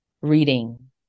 Reading